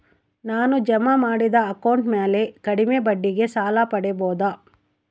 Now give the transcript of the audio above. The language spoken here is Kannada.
ನಾನು ಜಮಾ ಮಾಡಿದ ಅಕೌಂಟ್ ಮ್ಯಾಲೆ ಕಡಿಮೆ ಬಡ್ಡಿಗೆ ಸಾಲ ಪಡೇಬೋದಾ?